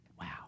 Wow